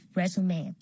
resume